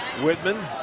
Whitman